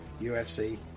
UFC